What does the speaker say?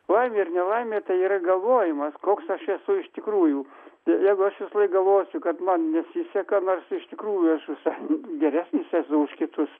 laimė ir nelaimė tai yra galvojimas koks aš esu iš tikrųjų jeigu aš visą laiką galvosiu kad man nesiseka nors iš tikrųjų aš visai geresnis esu už kitus